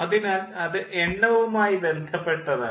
അതിനാൽ അത് എണ്ണവുമായി ബന്ധപ്പെട്ടതാണ്